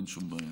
אין שום בעיה.